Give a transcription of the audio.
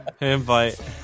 invite